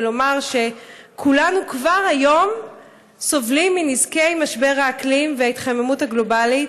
ולומר שכולם כבר היום סובלים מנזקי משבר האקלים והתחממות הגלובלית.